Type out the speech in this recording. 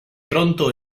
pronto